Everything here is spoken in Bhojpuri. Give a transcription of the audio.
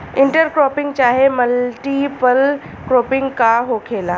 इंटर क्रोपिंग चाहे मल्टीपल क्रोपिंग का होखेला?